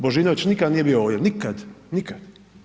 Božinović nikad nije bio ovdje nikad, nikad.